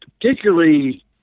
particularly